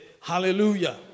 Hallelujah